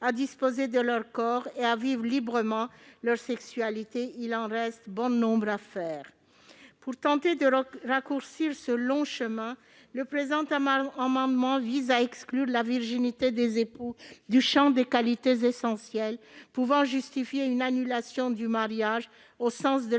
à disposer de leur corps et à vivre librement leur sexualité. Pour tenter d'abréger ce long chemin, le présent à amendement vise à exclure la virginité des époux du champ des qualités essentielles pouvant justifier une annulation du mariage au sens de